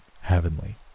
heavenly